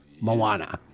Moana